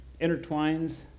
intertwines